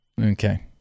Okay